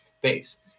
base